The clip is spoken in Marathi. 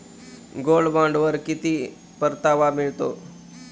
गोल्ड बॉण्डवर किती परतावा मिळतो?